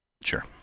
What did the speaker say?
Sure